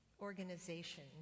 organization